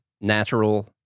natural